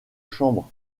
chambre